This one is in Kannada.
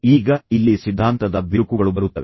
ಈಗ ಇಲ್ಲಿ ಸಿದ್ಧಾಂತದ ಬಿರುಕುಗಳು ಬರುತ್ತವೆ